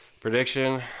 Prediction